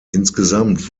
insgesamt